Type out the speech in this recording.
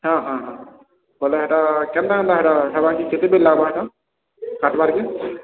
ହଁ ହଁ ବୋଲେ ହେଟା କେନ୍ତା କେନ୍ତା କେତେ ପଇସା ଲାଗ୍ବା କାଟିବାର୍କେ